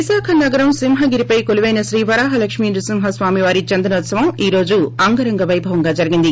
విశాఖ నగరం సింహగిరిపై కొలువైన శ్రీ వరాహ లక్ష్మీ నృసింహ స్వామివారి చందనోత్సవం ఈ రోజు అంగరంగ పైభవంగా జరిగింది